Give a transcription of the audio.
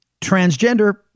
Transgender